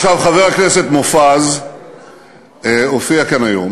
עכשיו, חבר הכנסת מופז הופיע כאן היום